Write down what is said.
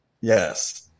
Yes